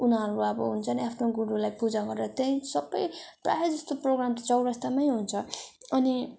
उनीहरू अब हुन्छ नि आफ्नो गुरुलाई पूजा गरेर त्यहीँ सबै प्रायः जस्तो प्रोग्राम चाहिँ चौरास्तामै हुन्छ अनि